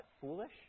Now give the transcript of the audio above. foolish